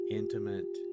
intimate